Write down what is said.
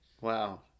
Wow